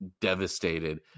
devastated